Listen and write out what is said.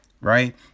right